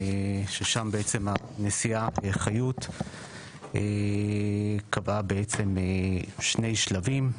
ששם הנשיאה חיות קבעה שני שלבים,